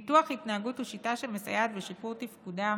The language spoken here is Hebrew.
ניתוח התנהגות הוא שיטה שמסייעת בשיפור תפקודן